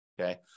Okay